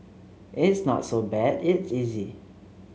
it's not so bad it's easy